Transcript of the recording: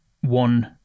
one